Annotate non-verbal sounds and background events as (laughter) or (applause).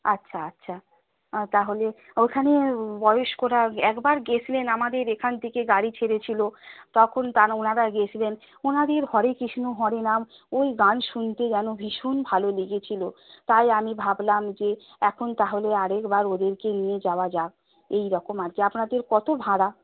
আচ্ছা আচ্ছা তাহলে ওখানে বয়স্করা একবার গেছিলেন আমাদের এখান থেকে গাড়ি ছেড়েছিল তখন (unintelligible) ওনারা গেছিলেন ওনাদের হরে কৃষ্ণ হরে রাম ওই গান শুনতে যেন ভীষণ ভালো লেগেছিল তাই আমি ভাবলাম যে এখন তাহলে আরেকবার ওদেরকে নিয়ে যাওয়া যাক এই রকম আর কি আপনাদের কত ভাড়া